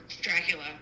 Dracula